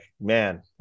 man